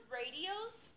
radios